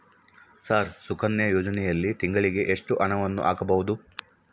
Sir Sukanya ಯೋಜನೆಯಲ್ಲಿ ತಿಂಗಳಿಗೆ ಎಷ್ಟು ಹಣವನ್ನು ಹಾಕಬಹುದು?